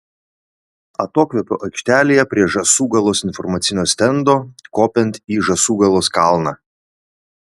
atokvėpio aikštelėje prie žąsūgalos informacinio stendo kopiant į žąsūgalos kalną